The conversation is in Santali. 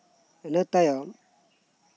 ᱤᱱᱟᱹ ᱛᱟᱭᱚᱢ